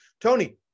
Tony